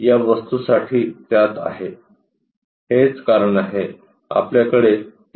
या वस्तूसाठी त्यात आहे हेच कारण आहे आपल्याकडे ती की आहे